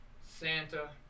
Santa